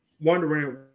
wondering